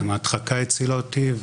ההדחקה הצילה אותי,